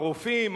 הרופאים,